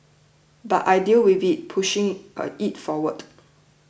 but I deal with it pushing a it forward